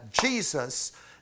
Jesus